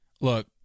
Look